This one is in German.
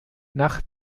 nach